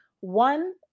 One